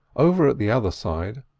over at the other side,